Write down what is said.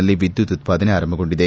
ನಲ್ಲಿ ವಿದ್ಯುತ್ ಉತ್ಪಾದನೆ ಆರಂಭಗೊಂಡಿದೆ